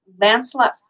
Lancelot